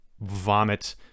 vomit